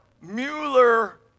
Mueller